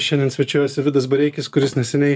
šiandien svečiuojasi vidas bareikis kuris neseniai